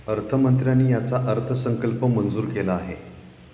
अर्थमंत्र्यांनी याचा अर्थसंकल्प मंजूर केला आहे